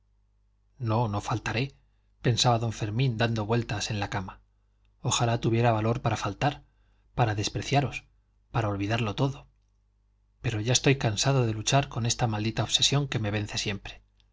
no no faltaré pensaba don fermín dando vueltas en la cama ojalá tuviera valor para faltar para despreciaros para olvidarlo todo pero ya estoy cansado de luchar con esta maldita obsesión que me vence siempre